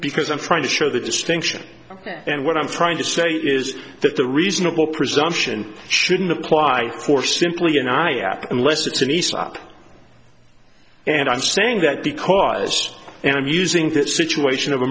because i'm trying to show the distinction and what i'm trying to say is that the reasonable presumption shouldn't apply for simply and i ask unless it's a nice op and i'm saying that because and i'm using that situation of a